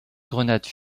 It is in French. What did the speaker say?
grenades